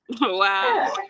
Wow